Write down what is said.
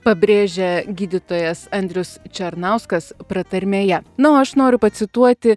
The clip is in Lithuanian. pabrėžia gydytojas andrius černauskas pratarmėje na o aš noriu pacituoti